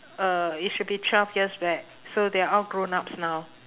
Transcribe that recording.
uh it should be twelve years back so they are all grown ups now